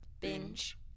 Binge